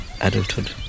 adulthood